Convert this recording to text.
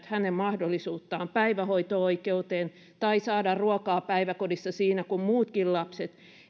hänen mahdollisuuttaan päivähoito oikeuteen tai saada ruokaa päiväkodissa siinä kuin muutkin lapset